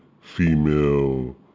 female